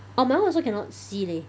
orh my [one] also cannot see leh